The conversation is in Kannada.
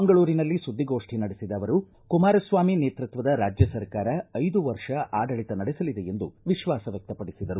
ಮಂಗಳೂರಿನಲ್ಲಿ ಸುದ್ದಿಗೋಷ್ಠಿ ನಡೆಸಿದ ಅವರು ಕುಮಾರಸ್ವಾಮಿ ನೇತೃತ್ವದ ರಾಜ್ಯ ಸರಕಾರ ಐದು ವರ್ಷ ಆಡಳಿತ ನಡೆಸಲಿದೆ ಎಂದು ವಿಶ್ವಾಸ ವ್ಯಕ್ತ ಪಡಿಸಿದರು